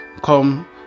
come